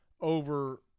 over